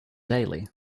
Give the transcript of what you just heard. daly